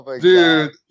Dude